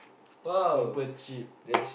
super cheap